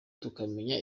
tukamenya